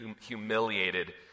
humiliated